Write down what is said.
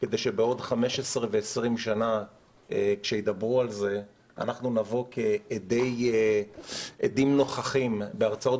כשבעוד 20-15 שנה כשידברו על זה אנחנו נבוא כעדים נוכחים בהרצאות